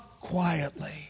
quietly